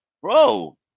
Bro